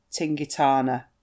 Tingitana